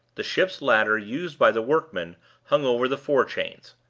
the ship's ladder used by the workmen hung over the fore-chains.